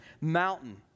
mountain